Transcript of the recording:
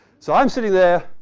so, i'm sitting there.